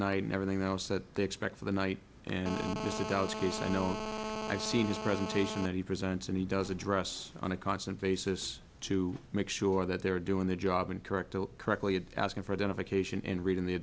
night and everything else that they expect for the night and the sadowsky say no i've seen his presentation that he presents and he does address on a constant basis to make sure that they are doing their job and correct correctly and asking for identification and reading the